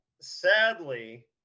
sadly